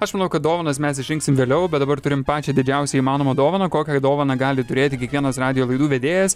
aš manau kad dovanas mes išrinksim vėliau bet dabar turim pačią didžiausią įmanomą dovaną kokią dovaną gali turėti kiekvienas radijo laidų vedėjas